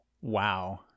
Wow